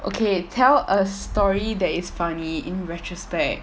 okay tell a story that is funny in retrospect